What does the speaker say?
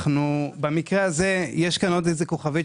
במקרה הזה, יש עוד כוכבית.